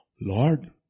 Lord